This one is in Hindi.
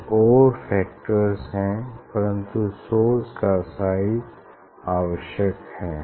कुछ और फैक्टर्स हैं परन्तु सोर्स का साइज आवश्यक है